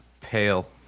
pale